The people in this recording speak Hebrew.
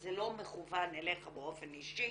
וזה לא מכוון אליך באופן אישי,